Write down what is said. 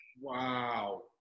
Wow